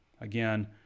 Again